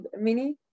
mini